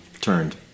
turned